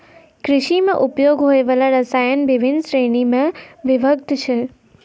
कृषि म उपयोग होय वाला रसायन बिभिन्न श्रेणी म विभक्त छै